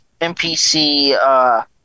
NPC